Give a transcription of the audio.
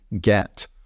get